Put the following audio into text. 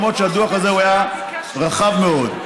למרות שהדוח הזה היה רחב מאוד,